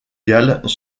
galles